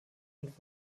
und